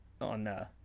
on